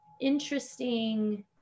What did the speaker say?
interesting